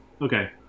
Okay